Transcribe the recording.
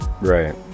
Right